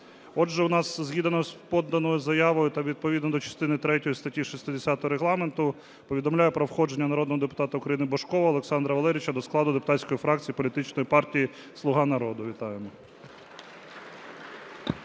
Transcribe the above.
Отже, у нас згідно з поданою заявою та відповідно до частини третьої статті 60 Регламенту повідомляю про входження народного депутата України Божкова Олександра Валерійовича до складу депутатської фракції політичної партії "Слуга народу". Вітаємо.